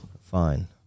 Fine